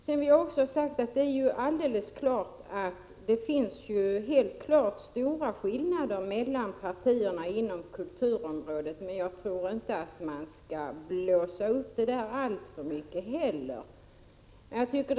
Jag anser dock att det inte finns anledning att alltför mycket blåsa upp de stora skillnaderna i uppfattning mellan partierna i kulturfrågor.